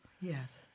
Yes